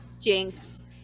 Jinx